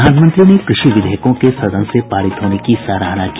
प्रधानमंत्री ने कृषि विधेयकों के सदन से पारित होने की सराहना की